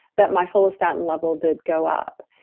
that my follistatin level did go up.